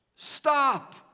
Stop